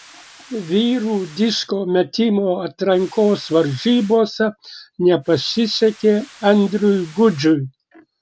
vyrų disko metimo atrankos varžybose nepasisekė andriui gudžiui